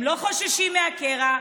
הם לא חוששים מהקרע,